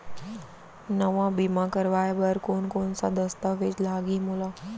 नवा बीमा करवाय बर कोन कोन स दस्तावेज लागही मोला?